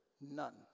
None